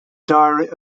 diary